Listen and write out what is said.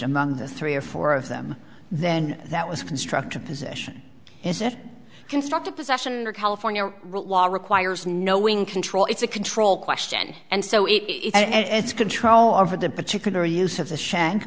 among the three or four of them then that was constructive possession is it constructive possession or california law requires knowing control it's a control question and so it and its control over the particular use of the shank